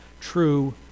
true